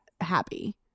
happy